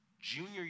junior